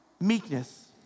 Meekness